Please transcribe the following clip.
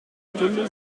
stunde